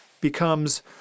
becomes